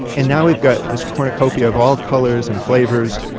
and now we've got this cornucopia of all colors and flavors.